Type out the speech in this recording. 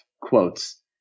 Quotes